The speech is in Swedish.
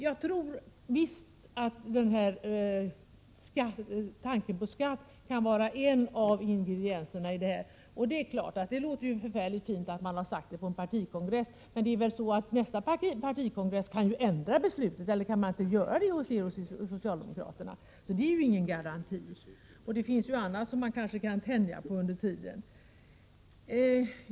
Jag tror helt säkert att tanken på skatt kan vara en av ingredienserna i detta sammanhang. Det är klart att det låter förfärligt fint att det finns ett kongressbeslut på den här punkten. Men nästa partikongress kan ju ändra beslutet — eller är det omöjligt för socialdemokraterna? Ett kongressbeslut är alltså ingen garanti i detta sammanhang. Dessutom finns det ju andra sätt att tänja på detta under tiden.